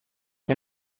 que